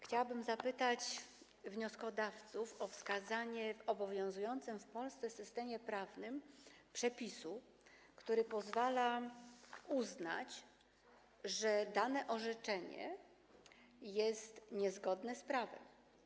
Chciałabym prosić wnioskodawców o wskazanie w obowiązującym w Polsce systemie prawnym przepisu, który pozwala uznać, że dane orzeczenie jest niezgodne z prawem.